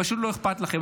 פשוט לא אכפת לכם.